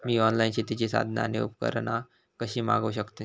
मी online शेतीची साधना आणि उपकरणा कशी मागव शकतय?